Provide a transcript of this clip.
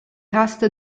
cast